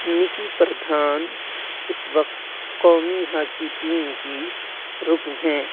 نکی پردھان اس وقت قومی ہاکی ٹیم کی رکن ہیں